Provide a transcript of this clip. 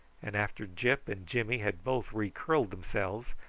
and after gyp and jimmy had both re-curled themselves,